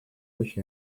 wished